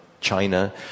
China